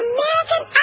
American